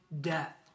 death